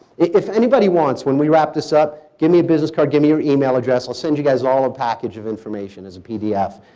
if anybody wants, when we wrap this up, give me a business card, give me your email address, i'll send you guys all a package of information as a pdf.